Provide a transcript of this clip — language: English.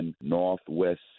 Northwest